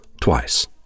twice